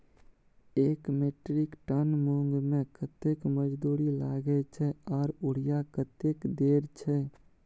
एक metric ton मूंग में कतेक मजदूरी लागे छै आर यूरिया कतेक देर छै?